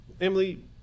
Emily